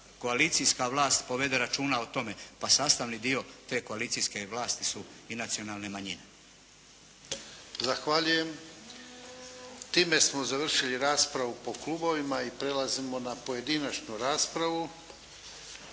koalicijska vlast povede računa o tome. Pa sastavni dio te koalicijske vlasti su i nacionalne manjine. **Jarnjak, Ivan (HDZ)** Zahvaljujem. Time smo završili raspravu po klubovima. Prelazimo na pojedinačnu raspravu.